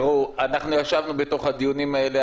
תראו, אנחנו ישבנו בתוך הדיונים האלה.